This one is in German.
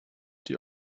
die